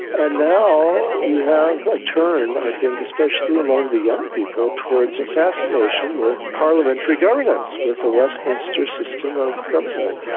and now you have a turn, i think, especially among the young people, towards a fascination with parliamentary governance, with the westminster system of government.